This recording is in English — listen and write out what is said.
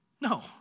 no